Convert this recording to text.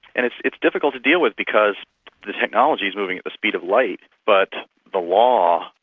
and it's it's difficult to deal with because the technology is moving at the speed of light, but the law,